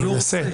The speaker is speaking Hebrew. אני מנסה.